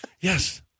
Yes